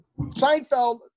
Seinfeld –